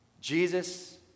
Jesus